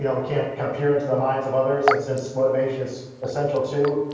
you know we can't kind of peer into the minds of others, and since motivation is essential to,